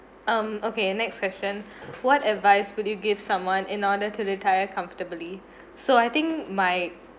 um okay next question what advice would you give someone in order to retire comfortably so I think my